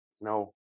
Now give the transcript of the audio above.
no